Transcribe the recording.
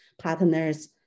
partners